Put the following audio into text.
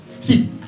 See